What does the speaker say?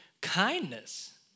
kindness